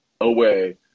away